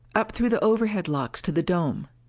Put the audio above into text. up through the overhead locks to the dome.